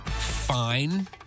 fine